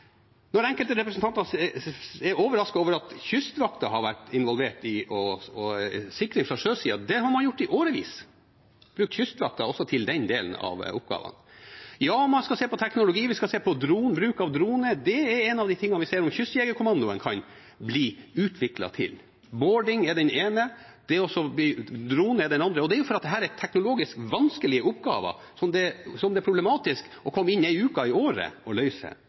Enkelte representanter er overrasket over at Kystvakta har vært involvert i sikring fra sjøsida, men det har man gjort i årevis: brukt Kystvakta også til den delen av oppgavene. Ja, vi skal se på teknologi, vi skal se på bruk av droner. Det er noe av det vi ser om kystjegerkommandoen kan utvikles til. Bording er det ene, droner er det andre. Det er fordi dette er teknologisk vanskelige oppgaver som det er problematisk å komme inn en uke i året for å løse. Man må trene, øve og